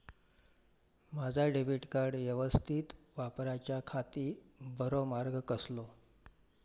माजा debit card यवस्तीत वापराच्याखाती बरो मार्ग कसलो?